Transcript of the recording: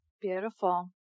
Beautiful